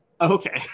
Okay